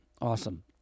Awesome